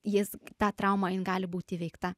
jis ta trauma jin gali būt įveikta